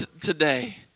today